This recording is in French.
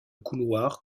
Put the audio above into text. couloir